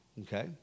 okay